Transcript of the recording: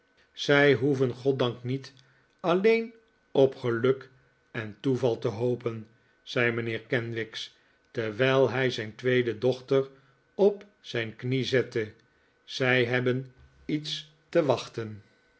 zij hoeven goddank niet alleen op geluk en toeval te hopen zei mijnheer kenwigs terwijl hij zijn tweede dochter op zijn knie zette zij hebben iets te wachten